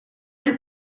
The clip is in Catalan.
del